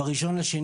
ב-1 לפברואר,